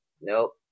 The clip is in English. Nope